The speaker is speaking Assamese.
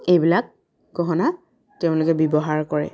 এইবিলাক গহনা তেওঁলোকে ব্যৱহাৰ কৰে